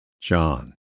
John